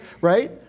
right